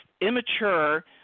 immature